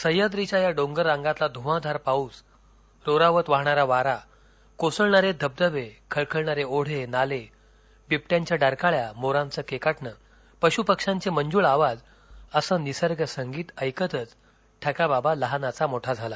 सह्य़ाद्रीच्या या डोंगररांगातला ध्वाधार पाऊस रोरावत वाहाणारा वारा कोसळणारे धबधबे खळखळणारे ओढे नाले बिबटय़ांच्या डरकाळ्या मोरांच केकाटणे पशुपक्ष्यांचे मंजुळ आवाज असं निसर्ग संगीत ऐकतच ठकाबाबा लहानाचा मोठा झाला